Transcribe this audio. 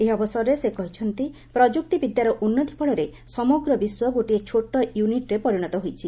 ଏହି ଅବସରରେ ସେ କହିଛନ୍ତି ପ୍ରଯୁକ୍ତି ବିଦ୍ୟାର ଉନ୍ନତି ଫଳରେ ସମଗ୍ର ବିଶ୍ୱ ଗୋଟିଏ ଛୋଟ ୟୁନିଟ୍ରେ ପରିଣତ ହୋଇଛି